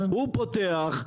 הוא פותח,